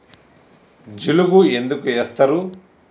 జిలుగు ఎందుకు ఏస్తరు?